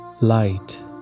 Light